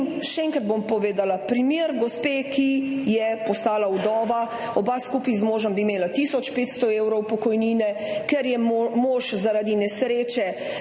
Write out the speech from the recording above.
še enkrat bom povedala primer gospe, ki je postala vdova. Oba skupaj z možem bi imela tisoč 500 evrov pokojnine, ker je mož zaradi nesreče